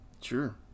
Sure